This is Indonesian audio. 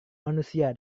manusia